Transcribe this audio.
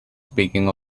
speaking